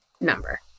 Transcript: number